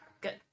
Good